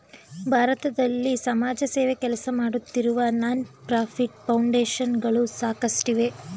ಭಾರತದಲ್ಲಿ ಸಮಾಜಸೇವೆ ಕೆಲಸಮಾಡುತ್ತಿರುವ ನಾನ್ ಪ್ರಫಿಟ್ ಫೌಂಡೇಶನ್ ಗಳು ಸಾಕಷ್ಟಿವೆ